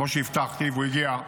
כמו שהבטחתי, והוא הגיע.